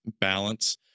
balance